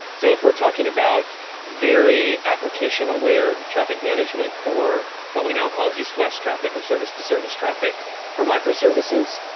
so if we're talking about very application-aware traffic management for what we now call east-west traffic or service-to-service traffic for microservices,